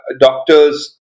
doctors